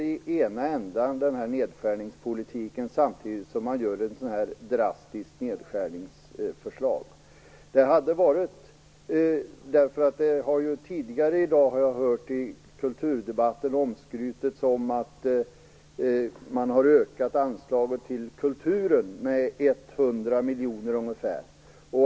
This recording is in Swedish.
Samtidigt lägger man fram ett drastiskt nedskärningsförslag. Tidigare i kulturdebatten i dag har jag hört omskrutet att man har ökat anslaget till kulturen med ungefär 100 miljoner.